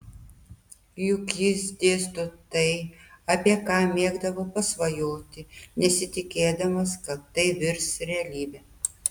juk jis dėsto tai apie ką mėgdavo pasvajoti nesitikėdamas kad tai virs realybe